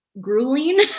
grueling